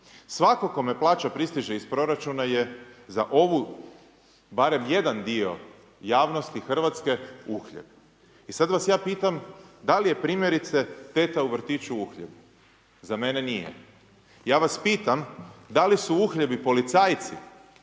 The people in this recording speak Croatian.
Svatko kome plaća pristiže iz proračuna je za ovu, barem jedan dio javnosti Hrvatske uhljeb. I sad vas ja pitam, da li je primjerice teta u vrtiću uhljeb? Za mene nije. Ja vas pitam, da li su uhljebi policajci?